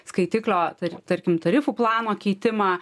skaitiklio tar tarkim tarifų plano keitimą